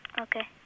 Okay